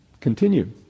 continue